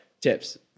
tips